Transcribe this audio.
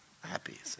happy